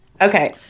okay